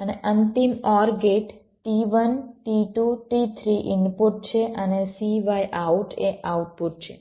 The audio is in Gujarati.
અને અંતિમ OR gate t1 t2 t3 input છે અને cy out એ આઉટપુટ છે